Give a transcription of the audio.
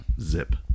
Zip